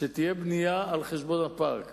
שתהיה בנייה על-חשבון הפארק.